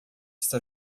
está